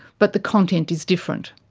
but the content is different,